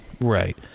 Right